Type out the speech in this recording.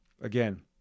Again